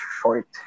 short